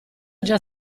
già